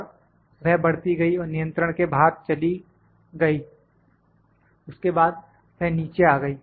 और वह बढ़ती गई और नियंत्रण के बाहर चली गई उसके बाद वह नीचे आ गई